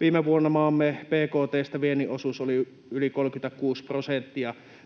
Viime vuonna maamme bkt:stä viennin osuus oli yli 36 prosenttia.